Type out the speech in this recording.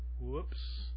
whoops